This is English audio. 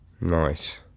Nice